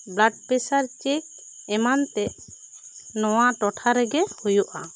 blood pressure check ᱮᱢᱟᱱ ᱛᱮᱜ ᱱᱚᱣᱟ ᱴᱚᱴᱷᱟ ᱨᱮᱜᱮ ᱦᱩᱭᱩᱜᱼᱟ